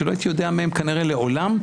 שלא הייתי יודע מהם כנראה לעולם,